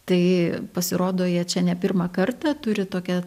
tai pasirodo jie čia ne pirmą kartą turi tokią